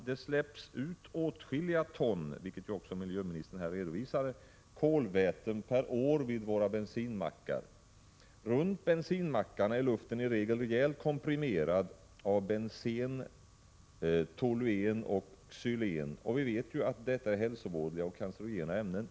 Det släpps ut åtskilliga ton kolväten per år vid våra bensinmackar, vilket ju också miljöministern redovisade. Runt bensinmackarna är luften rejält komprimerad av bensen, toluen och xylen. Som vi vet är detta hälsovådliga och cancerogena ämnen.